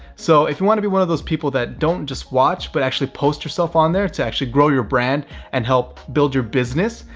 so if you want to be one of those people that don't just watch but actually post yourself on there to actually grow your brand and help build your business,